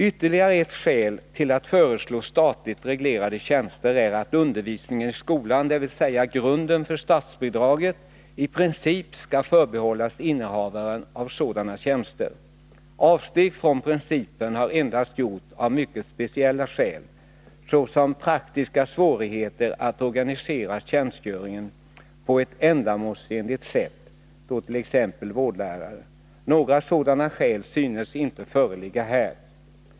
Ytterligare ett skäl till att föreslå statligt reglerade tjänster är att undervisningen i skolan, dvs. grunden för statsbidraget, i princip skall förbehållas innehavare av sådana tjänster. Avsteg från principen har endast gjorts av mycket speciella skäl, såsom praktiska svårigheter att organisera tjänstgöringen på ett ändamålsenligt sätt, t.ex. för vårdlärare. Några sådana skäl synes inte föreligga här.